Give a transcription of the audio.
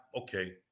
okay